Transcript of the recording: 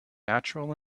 natural